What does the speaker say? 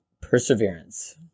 perseverance